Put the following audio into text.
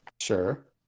sure